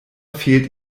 fehlt